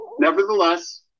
Nevertheless